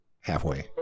halfway